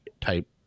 type